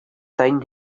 thing